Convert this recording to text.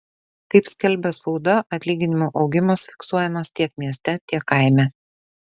kaip skelbia spauda atlyginimų augimas fiksuojamas tiek mieste tiek kaime